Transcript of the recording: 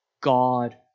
God